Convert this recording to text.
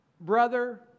brother